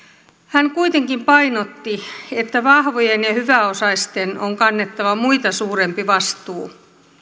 hän kuitenkin painotti että vahvojen ja hyväosaisten on kannettava muita suurempi vastuu